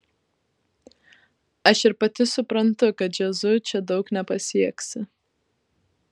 aš ir pati suprantu kad džiazu čia daug nepasieksi